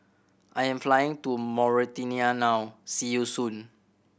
I'm flying to Mauritania now see you soon